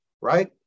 right